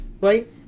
right